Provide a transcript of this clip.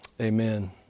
Amen